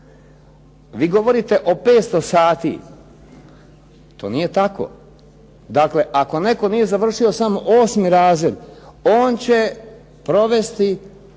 Vi govorite o 500 sati to nije tako. Ako netko nije završio samo 8. radio, on će provesti